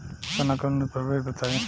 चना के उन्नत प्रभेद बताई?